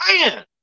Man